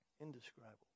indescribable